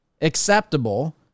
acceptable